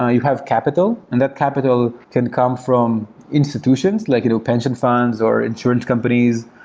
ah you have capital, and that capital can come from institutions, like you know pension funds, or insurance companies,